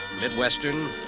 Midwestern